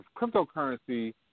cryptocurrency